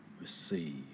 receive